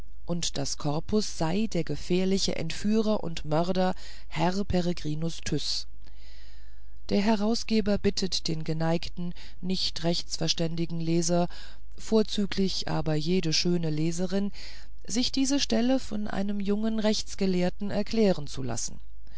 und das corpus sei der gefährliche entführer und mörder herr peregrinus tyß der herausgeber bittet den geneigten nicht rechtsverständigen leser vorzüglich aber jede schöne leserin sich diese stelle von einem jungen rechtsgelehrten erklären zu lassen